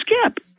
skip